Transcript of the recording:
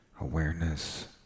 Awareness